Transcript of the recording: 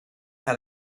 how